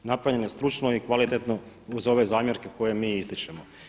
Napravljen je stručno i kvalitetno uz ove zamjerke koje mi ističemo.